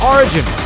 Origin